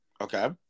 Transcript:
Okay